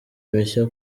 mishya